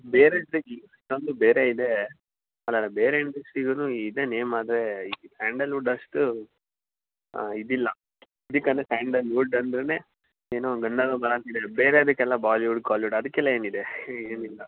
ಬೇರೆ ತೆಗೆ ನಮ್ದು ಬೇರೆ ಇದೆ ಅಲ್ಲಲ್ಲ ಬೇರೆ ಏನದಕ್ಕೆ ಸಿಗೋದು ಇದೆ ನೇಮ್ ಆದರೆ ಸ್ಯಾಂಡಲ್ ವುಡ್ ಅಷ್ಟು ಇದಿಲ್ಲ ಇದಕ್ಕದು ಸ್ಯಾಂಡಲ್ ವುಡ್ ಅಂದ್ರೆ ಏನೊ ಗಂಧದ ಮರ ಬೇರೆದಕ್ಕೆಲ್ಲ ಬಾಲಿ ವುಡ್ ಕೊಲಿ ವುಡ್ ಅದಕ್ಕೆಲ್ಲ ಏನಿದೆ ಏನಿಲ್ಲ